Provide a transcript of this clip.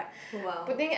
!wow!